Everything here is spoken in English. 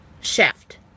Shaft